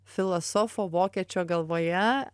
filosofo vokiečio galvoje